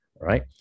right